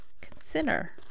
consider